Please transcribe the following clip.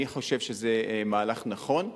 אני חושב שזה מהלך נכון.